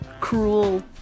cruel